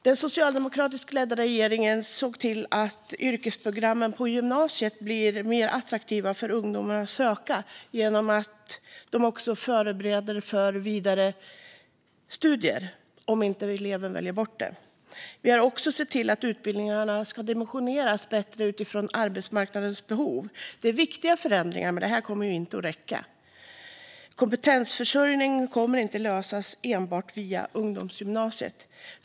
Den socialdemokratiskt ledda regeringen såg till att yrkesprogrammen på gymnasiet blev mer attraktiva för ungdomar att söka genom att de också förbereder för vidare studier om inte eleven väljer bort detta. Vi har också sett till att utbildningarna dimensioneras bättre utifrån arbetsmarknadens behov. Det är viktiga förändringar, men det kommer inte att räcka. Kompetensförsörjningen kommer inte att lösas enbart via ungdomsgymnasiet.